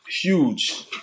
Huge